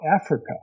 Africa